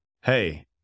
hey